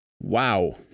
Wow